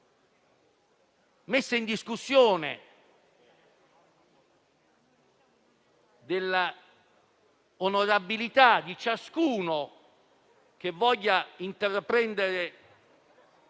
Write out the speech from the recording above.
messa in discussione dell'onorabilità di chiunque voglia intraprendere